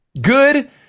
good